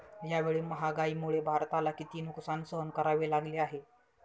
यावेळी महागाईमुळे भारताला किती नुकसान सहन करावे लागले आहे?